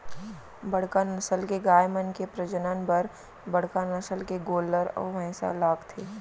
बड़का नसल के गाय मन के प्रजनन बर बड़का नसल के गोल्लर अउ भईंसा लागथे